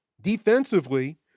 defensively